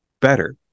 better